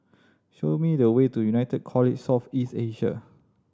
show me the way to United College South East Asia